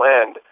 end